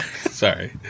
Sorry